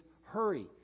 hurry